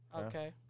Okay